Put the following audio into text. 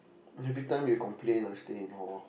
everytime they complain ah stay in hall